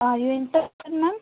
are you interested ma'am